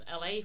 LA